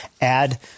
add